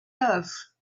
love